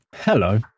Hello